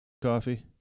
coffee